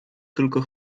tylko